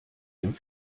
dem